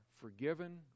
forgiven